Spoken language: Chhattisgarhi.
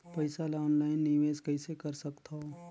पईसा ल ऑनलाइन निवेश कइसे कर सकथव?